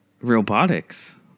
robotics